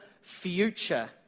future